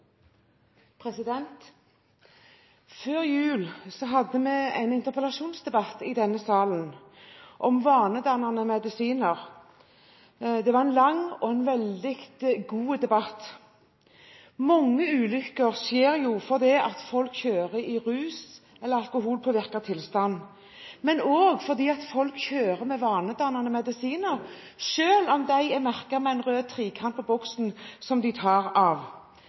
en interpellasjonsdebatt om vanedannende medisiner. Det var en lang og veldig god debatt. Mange ulykker skjer jo fordi folk kjører i rus- eller alkoholpåvirket tilstand. Men mange ulykker skjer også fordi folk kjører påvirket av vanedannende medisiner, selv om disse medisinene er merket med en rød trekant på boksen, som en tar av.